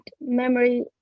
memory